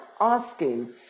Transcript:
asking